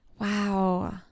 Wow